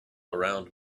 around